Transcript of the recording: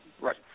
Right